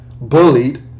Bullied